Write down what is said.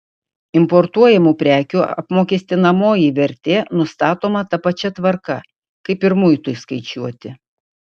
importuojamų prekių apmokestinamoji vertė nustatoma ta pačia tvarka kaip ir muitui skaičiuoti